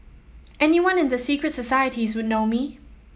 anyone in the secret societies would know me